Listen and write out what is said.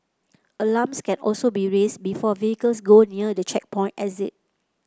alarms can also be raised before vehicles go near the checkpoint exit